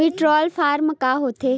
Withdrawal form का होथे?